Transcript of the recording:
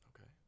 Okay